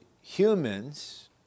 humans